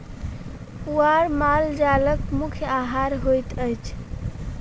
पुआर माल जालक मुख्य आहार होइत अछि